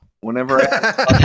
whenever